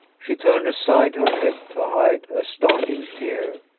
she turned aside her head to hide a starting tear,